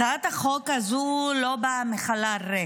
הצעת החוק הזו לא באה בחלל ריק.